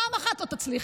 פעם אחת לא תצליחי.